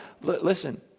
Listen